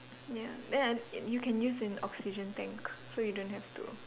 ya ya I you can use an oxygen tank so you don't have to